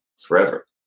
Forever